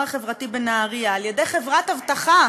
החברתי" בנהריה על-ידי חברת אבטחה,